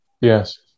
Yes